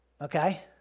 okay